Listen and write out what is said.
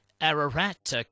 Ararat